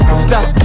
stop